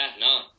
no